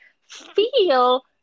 feel